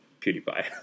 pewdiepie